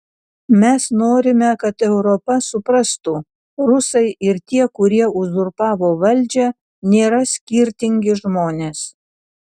mes norime kad europa suprastų rusai ir tie kurie uzurpavo valdžią nėra skirtingi žmonės